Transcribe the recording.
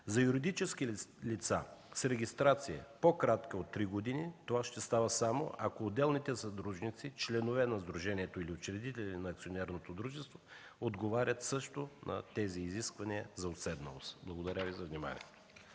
За юридически лица с регистрация по-кратка от три години това ще става само ако отделните съдружници – членове на сдружението или учредители на акционерното дружество, отговарят също на тези изисквания за уседналост. Благодаря Ви за вниманието.